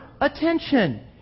attention